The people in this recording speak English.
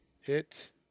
Hit